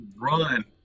run